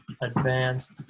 advanced